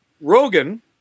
Rogan